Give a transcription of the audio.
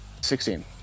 sixteen